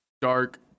dark